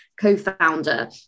co-founder